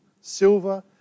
silver